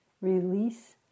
release